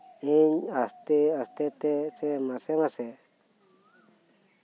ᱤᱧ ᱟᱥᱛᱮ ᱟᱥᱛᱮᱛᱮ ᱱᱟᱥᱮ ᱱᱟᱥᱮ